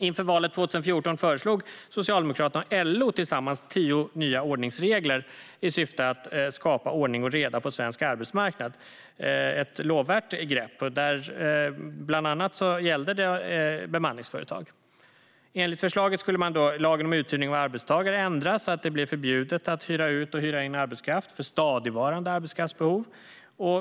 Inför valet 2014 föreslog Socialdemokraterna och LO tillsammans tio nya ordningsregler med syftet att skapa ordning och reda på svensk arbetsmarknad. Det var ett lovvärt grepp. Det gällde bland annat bemanningsföretag. Enligt förslaget skulle lagen om uthyrning av arbetstagare ändras så att det blev förbjudet att hyra ut och hyra in arbetskraft för stadigvarande arbetskraftsbehov.